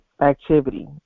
activity